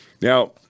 Now